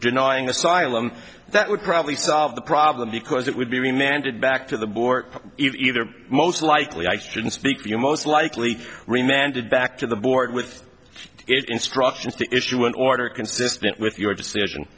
denying asylum that would probably solve the problem because it would be a man did back to the bork either most likely ice didn't speak you most likely remanded back to the board with it instructions to issue an order consistent with your decision